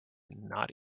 naughty